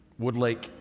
Woodlake